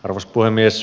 arvoisa puhemies